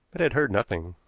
but had heard nothing.